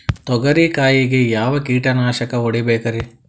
ತೊಗರಿ ಕಾಯಿಗೆ ಯಾವ ಕೀಟನಾಶಕ ಹೊಡಿಬೇಕರಿ?